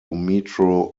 metro